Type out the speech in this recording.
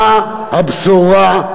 מה הבשורה?